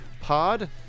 pod